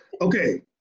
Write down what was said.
Okay